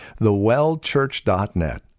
thewellchurch.net